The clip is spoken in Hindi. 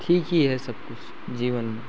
ठीक ही है सब कुछ जीवन में